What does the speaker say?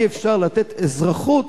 אי-אפשר לתת אזרחות